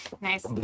Nice